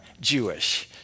Jewish